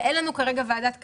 ואין לנו כרגע ועדת קליטה.